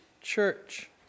Church